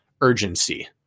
urgency